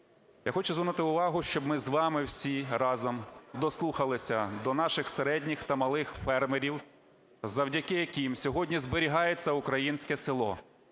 Я хочу звернути увагу, щоб ми з вами всі разом дослухалися до наших середніх та малих фермерів, завдяки яким сьогодні зберігається українське село,